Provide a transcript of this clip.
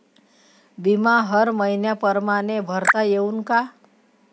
बिमा हर मइन्या परमाने भरता येऊन का?